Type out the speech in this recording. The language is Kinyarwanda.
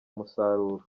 umusaruro